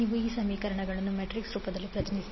ನೀವು ಈ ಸಮೀಕರಣವನ್ನು ಮ್ಯಾಟ್ರಿಕ್ಸ್ ರೂಪದಲ್ಲಿ ಪ್ರತಿನಿಧಿಸಬಹುದು